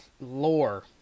lore